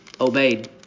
obeyed